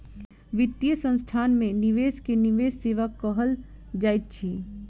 वित्तीय संस्थान में निवेश के निवेश सेवा कहल जाइत अछि